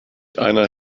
einer